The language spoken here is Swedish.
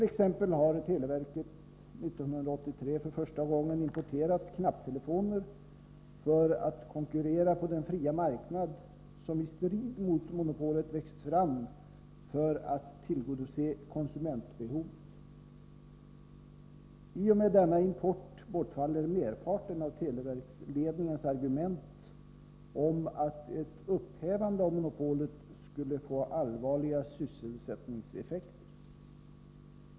T. ex. har televerket år 1983 för första gången importerat knapptelefoner, för att konkurrera på den fria marknad som i strid mot monopolet växt fram för att tillgodose konsumentbehovet. I och med denna import bortfaller merparten av televerksledningens argument om att ett upphävande av monopolet skulle få allvarliga sysselsättningseffekter.